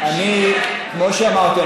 כמו שאמרתי,